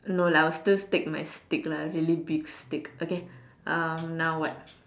no lah I'll stick take my steak lah really big steak okay um now what